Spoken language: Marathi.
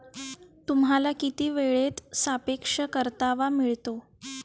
तुम्हाला किती वेळेत सापेक्ष परतावा मिळतो?